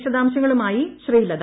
വിശദാംശങ്ങളുമായി ശ്രീലത